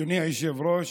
אדוני היושב-ראש,